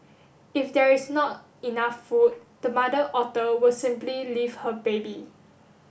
if there is not enough food the mother otter will simply leave her baby